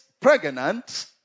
pregnant